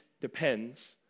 depends